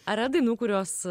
ar yra dainų kurios